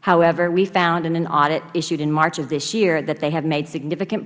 however we found in an audit issued in march of this year that they have made significant